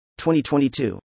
2022